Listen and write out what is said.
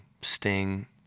sting